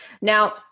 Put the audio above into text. Now